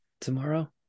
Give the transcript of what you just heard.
tomorrow